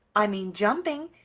i mean jumping,